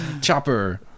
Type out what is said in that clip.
chopper